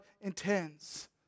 intends